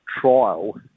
trial